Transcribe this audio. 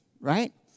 right